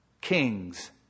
kings